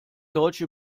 deutsche